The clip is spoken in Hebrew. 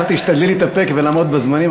את תשתדלי להתאפק ולעמוד בזמנים,